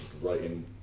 writing